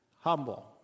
humble